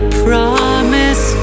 promise